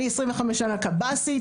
אני עשרים וחמש שנה קב"סית,